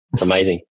Amazing